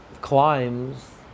climbs